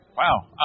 wow